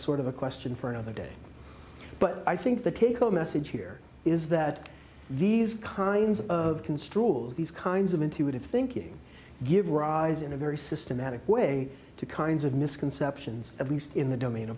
sort of a question for another day but i think the take home message here is that these kinds of construe as these kinds of intuitive thinking give rise in a very systematic way to kinds of misconceptions at least in the domain